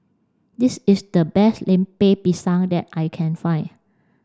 this is the best Lemper Pisang that I can find